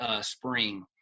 Spring